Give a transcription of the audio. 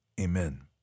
amen